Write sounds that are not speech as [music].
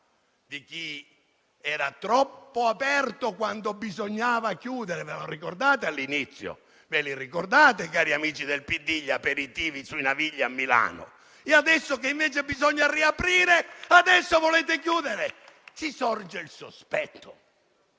di chi era troppo aperto, quando bisognava chiudere (ve lo ricordate all'inizio? Ve li ricordate, cari amici del PD, gli aperitivi sui Navigli, a Milano?), e che adesso, che invece bisogna riaprire, vuole chiudere! [applause] Sorge il sospetto